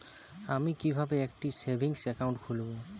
আমি কিভাবে একটি সেভিংস অ্যাকাউন্ট খুলব?